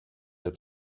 der